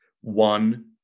One